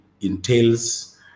entails